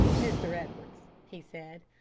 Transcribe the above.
mr. edwards, he said,